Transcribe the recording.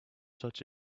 such